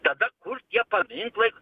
tada kur tie paminklai